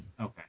Okay